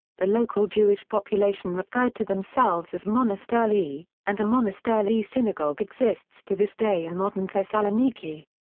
the local jewish population referred to themselves as monastirli, and a monastirli synagogue exists to this day in modern thessaloniki.